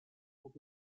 sont